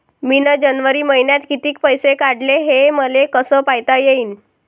मिन जनवरी मईन्यात कितीक पैसे काढले, हे मले कस पायता येईन?